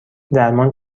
درمان